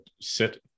sit